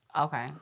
Okay